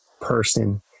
person